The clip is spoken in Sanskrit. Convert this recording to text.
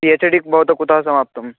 पि एच् डि भवतः कुतः समाप्तं